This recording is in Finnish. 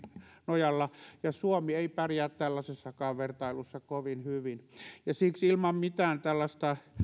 nojalla ja suomi ei pärjää tällaisessakaan vertailussa kovin hyvin siksi ilman mitään tällaista